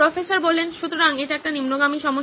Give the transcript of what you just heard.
professor সুতরাং এটি একটি নিম্নগামী সমস্যা